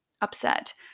upset